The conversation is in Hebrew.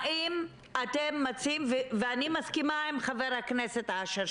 האם אתם מציעים - ואני מסכימה עם חבר הכנסת אשר,